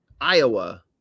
Iowa